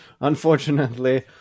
Unfortunately